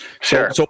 Sure